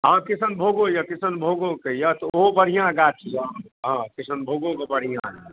हँ कृषनभोगो यऽ कृषनभोगो कऽ यऽ तऽ ओहो बढ़िआँ गाछ यऽ हँ कृषनभोगो कऽ बढ़िआँ यऽ